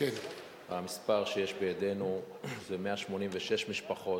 המספר שיש בידינו הוא 186 משפחות,